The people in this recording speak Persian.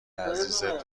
عزیزت